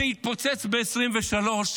זה התפוצץ ב-2023,